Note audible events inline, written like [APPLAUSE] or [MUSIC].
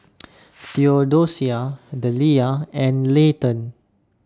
[NOISE] Theodosia Deliah and Layton